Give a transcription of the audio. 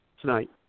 tonight